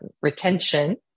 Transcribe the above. retention